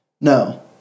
No